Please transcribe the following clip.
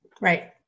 right